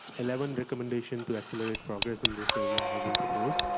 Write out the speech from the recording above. eleven recommendations to accelerate progress in this area have been proposed,